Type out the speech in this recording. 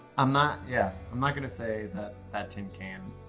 i'm not, yeah, i'm not gonna say that that tin can